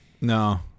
No